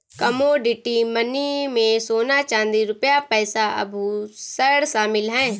commodity money में सोना चांदी रुपया पैसा आभुषण शामिल है